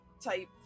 type